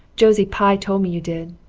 josie pye told me you did.